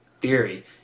theory